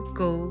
go